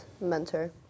mentor